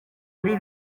ari